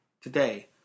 Today